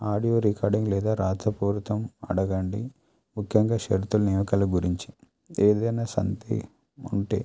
audio recording లేదా రాతపూరితం అడగండి ముఖ్యంగా షరతుల నియామకాల గురించి ఏదైనా సందేహం ఉంటే